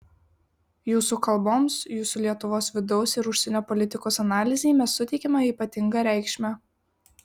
jūsų kalboms jūsų lietuvos vidaus ir užsienio politikos analizei mes suteikiame ypatingą reikšmę